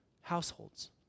households